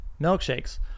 milkshakes